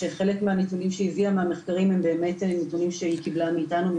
שחלק מהנתונים שהיא הביאה מהמחקרים הם באמת הנתונים שהיא קיבלה מאתנו.